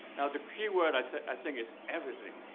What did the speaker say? now the key word i so think is everything.